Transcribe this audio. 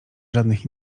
żadnych